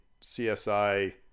CSI